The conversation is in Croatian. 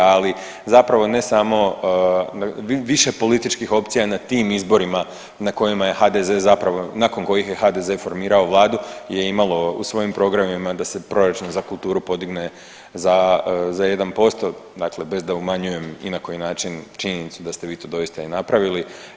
Ali zapravo ne samo više političkih opcija na tim izborima na kojima je HDZ zapravo, nakon kojih je HDZ formirao Vladu je imalo u svojim programima da se proračun za kulturu podigne za 1%, dakle bez da umanjujem ni na koji način činjenicu da ste vi to doista i napravili.